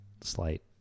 slight